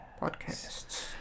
Podcasts